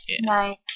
Nice